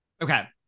Okay